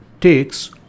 takes